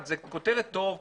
כותרת זה טוב,